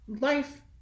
life